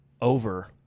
over